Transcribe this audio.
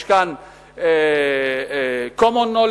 יש כאן common knowledge.